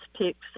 picks